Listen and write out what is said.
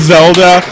Zelda